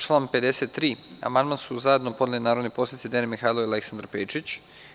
Na član 53. amandman su zajedno podneli narodni poslanici Dejan Mihajlov i Aleksandar Pejčić.